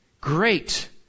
Great